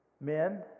men